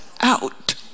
out